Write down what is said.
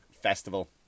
Festival